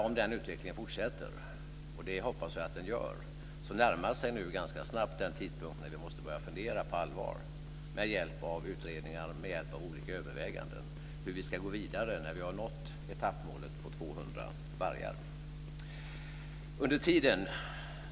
Om den utvecklingen fortsätter - det hoppas jag att den gör - närmar sig snabbt den tidpunkt när vi på allvar, med hjälp av utredningar och överväganden, måste börja fundera på hur vi ska gå vidare när vi har nått etappmålet på 200 vargar.